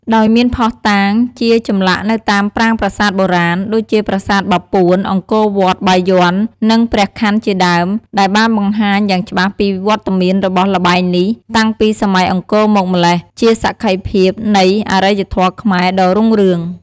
ដោយមានភស្តុតាង ជាចម្លាក់នៅតាមប្រាង្គប្រាសាទបុរាណ ដូចជាប្រាសាទបាពួន អង្គរវត្ត បាយ័ន និងព្រះខ័នជាដើម ដែលបានបង្ហាញយ៉ាងច្បាស់ពីវត្តមានរបស់ល្បែងនេះតាំងពីសម័យអង្គរមកម៉្លេះ ជាសក្ខីភាពនៃអរិយធម៌ខ្មែរដ៏រុងរឿង។